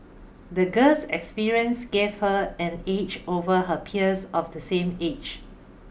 the girl's experiences gave her an edge over her peers of the same age